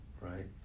right